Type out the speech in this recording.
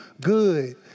good